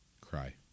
cry